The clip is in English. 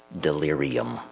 delirium